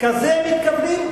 כזה מתכוונים,